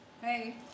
Hey